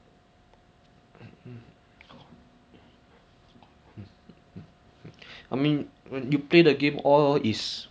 you you got see him play also right on my com right you know what tell me eh you don't shouldn't be so is on me say no it's not I'm like !huh!